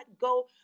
go